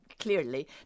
clearly